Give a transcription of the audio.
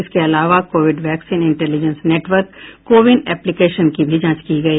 इसके अलावा Covid vaccine intelligence network CoWIN application की भी जांच की गई